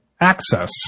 access